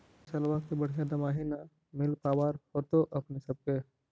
फसलबा के बढ़िया दमाहि न मिल पाबर होतो अपने सब के?